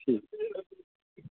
ठीक